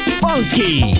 funky